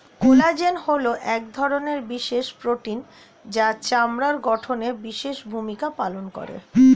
collagen হলো এক ধরনের বিশেষ প্রোটিন যা চামড়ার গঠনে বিশেষ ভূমিকা পালন করে